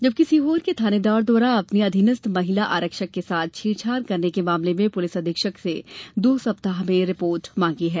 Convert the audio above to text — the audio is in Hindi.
वही सीहोर के थानेदार द्वारा अपनी अधीनस्थ महिला आरक्षक के साथ छेड़छाड़ करने के मामले में पुलिस अधीक्षक से दो सप्ताह में रिपोर्ट मांगी है